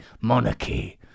Monarchy